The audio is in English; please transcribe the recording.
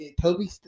toby